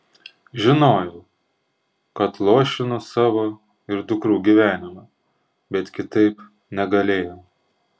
žinojau kad luošinu savo ir dukrų gyvenimą bet kitaip negalėjau